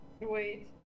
Wait